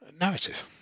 narrative